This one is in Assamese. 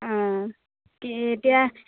কি এতিয়া